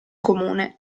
comune